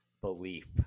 belief